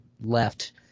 left